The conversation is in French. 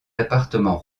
appartements